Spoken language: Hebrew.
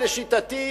לשיטתי,